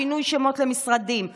שינוי שמות למשרדים,